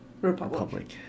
Republic